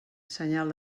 senyal